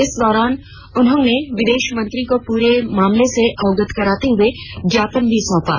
इस दौरान उन्होंने विदेश मंत्री को पूरे मामले से अवगत कराते हुए ज्ञापन भी सौंपा